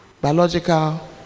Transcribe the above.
biological